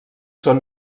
són